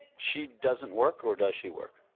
she doesn't work or does she work?